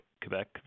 Quebec